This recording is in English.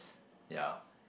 yeah